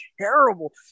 terrible